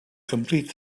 complete